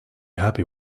happy